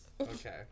Okay